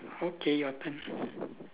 okay your turn